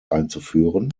einzuführen